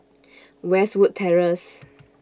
Westwood Terrace